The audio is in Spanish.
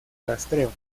rastreo